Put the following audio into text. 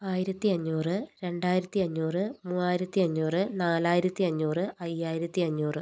ആയിരത്തി അഞ്ഞൂറ് രണ്ടായിരത്തി അഞ്ഞൂറ് മൂവായിരത്തി അഞ്ഞൂറ് നാലായിരത്തി അഞ്ഞൂറ് അയ്യായിരത്തി അഞ്ഞൂറ്